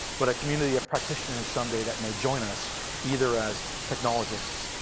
but a community of practitioners some day that may join us either as technologists,